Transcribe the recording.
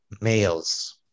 males